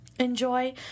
Enjoy